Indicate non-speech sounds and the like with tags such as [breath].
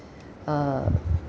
[breath] uh